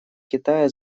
китая